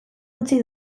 utzi